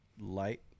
light